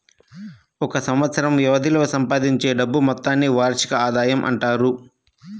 ఒక సంవత్సరం వ్యవధిలో సంపాదించే డబ్బు మొత్తాన్ని వార్షిక ఆదాయం అంటారు